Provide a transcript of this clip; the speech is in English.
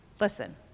Listen